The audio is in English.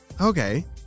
Okay